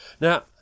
Now